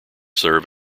serve